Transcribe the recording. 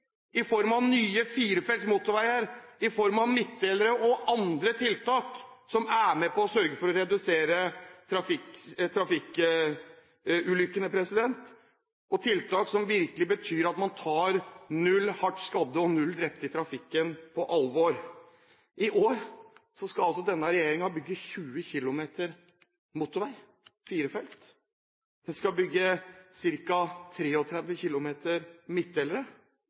i form av nye firefelts motorveier, i form av midtdelere og andre tiltak, som er med på å sørge for å redusere trafikkulykkene. Det er tiltak som virkelig betyr at man tar null hardt skadde og null drepte i trafikken på alvor. I år skal altså denne regjeringen bygge 20 km firefelts motorvei. Den skal bygge ca. 33 km midtdelere.